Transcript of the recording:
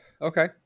okay